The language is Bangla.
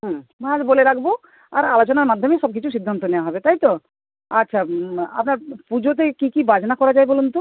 হুম আর বলে রাখবো আর আলোচনার মাধ্যমেই সবকিছু সিদ্ধান্ত নেওয়া হবে তাই তো আচ্ছা আপনার পুজোতে কী কী বাজনা করা যায় বলুন তো